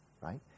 right